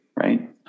Right